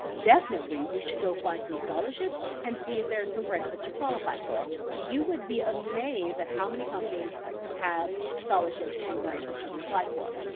definitely you should go find some scholarships and see if there's some grants that you qualify for. you would be amazed at how many companies have scholarships and grants that you can apply for.